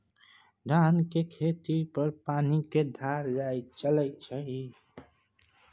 धान केर खेत मे पानि केर धार चलइ छै